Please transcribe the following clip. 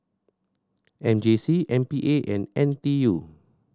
M J C M P A and N T U